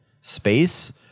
space